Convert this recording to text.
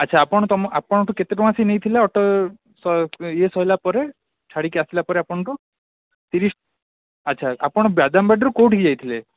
ଆଚ୍ଛା ଆପଣ ତମ ଆପଣଙ୍କଠାରୁ କେତେ ଟଙ୍କା ସେ ନେଇଥିଲେ ଅଟୋ ଇଏ ସରିଲା ପରେ ଛାଡ଼ିକି ଆସିଲା ପରେ ଆପଣଙ୍କୁ ତିରିଶି ଆଚ୍ଛା ଆପଣ ବାଦାମବାଡ଼ିରୁ କେଉଁଠିକି ଯାଇଥିଲେ